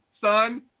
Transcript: son